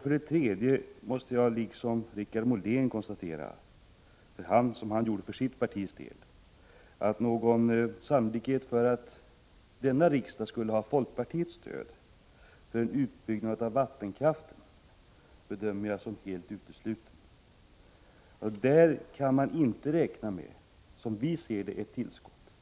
För det tredje måste jag för folkpartiets del konstatera, liksom Per Richard Molén konstaterade för sitt parti, att någon sannolikhet inte föreligger för att denna riksdag skulle ha folkpartiets stöd för en utbyggnad av vattenkraften. Enligt vår uppfattning kan man inte räkna med något tillskott där.